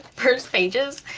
first pages.